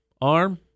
Arm